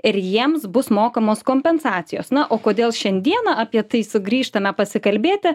ir jiems bus mokamos kompensacijos na o kodėl šiandieną apie tai sugrįžtame pasikalbėti